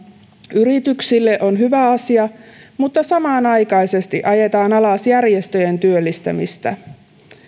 yrityksille on hyvä asia mutta samanaikaisesti ajetaan alas järjestöjen työllistämistä